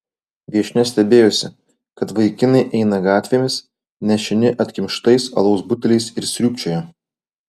viešnia stebėjosi kad vaikinai eina gatvėmis nešini atkimštais alaus buteliais ir sriūbčioja